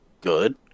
good